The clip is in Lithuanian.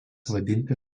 vadinti